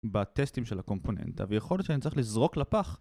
בטסטים של הקומפוננטה, ויכול להיות שאני אצטרך לזרוק לפח...